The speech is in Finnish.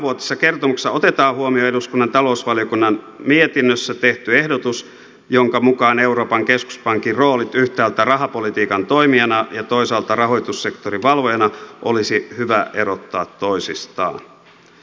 tämänvuotisessa kertomuksessa otetaan huomioon eduskunnan talousvaliokunnan mietinnössä tehty ehdotus jonka mukaan euroopan keskuspankin roolit yhtäältä rahapolitiikan toimijana ja toisaalta rahoitussektorin valvojana olisi hyvä erottaa toisistaan